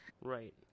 Right